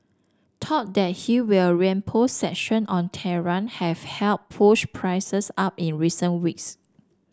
talk that he will reimpose sanction on Tehran have helped push prices up in recent weeks